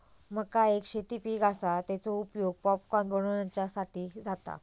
मका एक शेती पीक आसा, तेचो उपयोग पॉपकॉर्न बनवच्यासाठी जाता